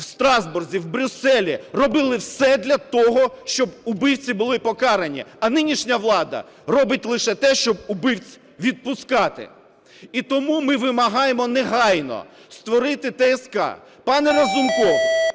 в Страсбурзі, в Брюсселі робили все для того, щоб убивці були покарані, а нинішня влада робить лише те, щоб убивць відпускати. І тому ми вимагаємо негайно створити ТСК. Пане Разумков,